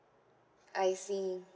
I see